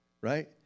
right